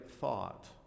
thought